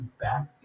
back